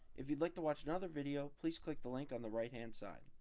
if you'd like to watch another video, please click the link on the right hand side.